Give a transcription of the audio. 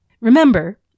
Remember